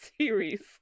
series